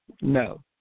No